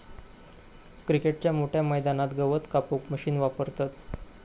क्रिकेटच्या मोठ्या मैदानात गवत कापूक मशीन वापरतत